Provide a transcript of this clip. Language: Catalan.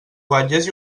guatlles